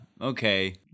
Okay